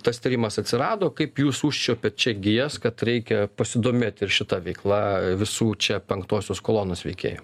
tas tyrimas atsirado kaip jūs užčiuopėt čia gijas kad reikia pasidomėt ir šita veikla visų čia penktosios kolonos veikėjų